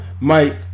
Mike